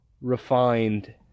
refined